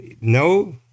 no